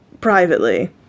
privately